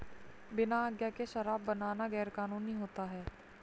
बिना आज्ञा के शराब बनाना गैर कानूनी होता है